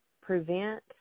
prevent